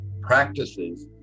practices